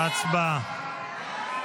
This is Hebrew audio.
הצבעה.